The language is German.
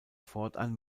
fortan